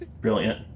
Brilliant